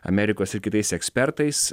amerikos ir kitais ekspertais